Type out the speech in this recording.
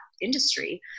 industry